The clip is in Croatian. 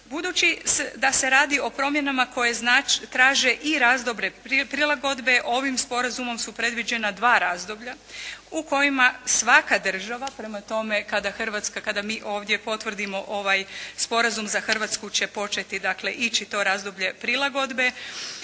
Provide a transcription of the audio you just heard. Budući da se radi o promjenama koje traže i razdoblje prilagodbe ovim sporazumom su predviđena dva razdoblja u kojima svaka država prema tome kada Hrvatska, kada mi ovdje potvrdimo ovaj sporazum za Hrvatsku će početi dakle ići to razdoblje prilagodbe